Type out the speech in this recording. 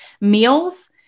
meals